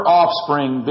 offspring